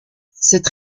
cette